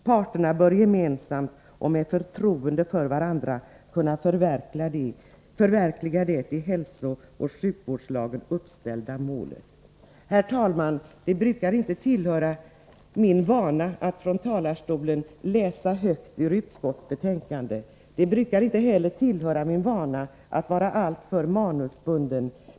Parterna bör gemensamt och med förtroende för varandra kunna förverkliga det i HSL uppställda målet.” Herr talman! Det tillhör inte mina vanor att från talarstolen läsa högt ur utskottsbetänkanden. Inte heller tillhör det mina vanor att vara alltför manusbunden.